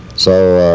so,